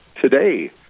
today